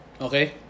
Okay